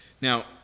Now